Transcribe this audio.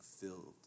filled